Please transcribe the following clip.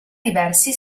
diversi